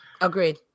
Agreed